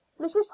mrs